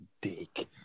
Dick